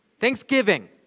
Thanksgiving